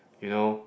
you know